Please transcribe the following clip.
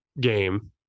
game